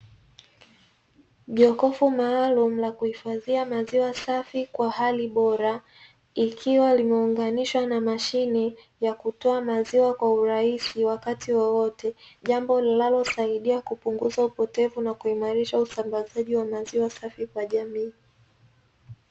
Jokofu maalumu la kuhifadhia maziwa safi kwa hali bora ikiwa limeuganishwa na mashine ya kutoa maziwa kwa urahisi wakati wowote jambo linalosaidia kupunguza upotevu na kuimarisha usambazaji wa maziwa safi kwa jamii.